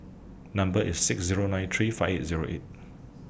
Number IS six Zero nine three five Zero eight